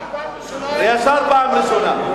ישר פעם ראשונה?